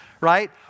right